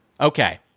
Okay